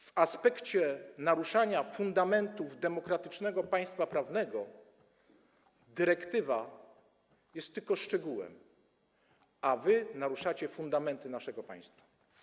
W aspekcie naruszania fundamentów demokratycznego państwa prawnego dyrektywa jest tylko szczegółem, a wy naruszacie fundamenty naszego państwa.